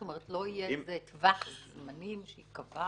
זאת אומרת, לא יהיה טווח זמנים שייקבע?